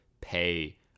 pay